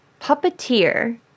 puppeteer